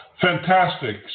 Fantastic